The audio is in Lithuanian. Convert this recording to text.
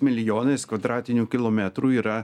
milijonais kvadratinių kilometrų yra